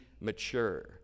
mature